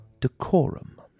decorum